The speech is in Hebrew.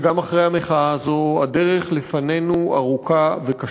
שגם אחרי המחאה הזאת הדרך לפנינו ארוכה וקשה,